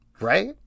Right